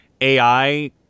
AI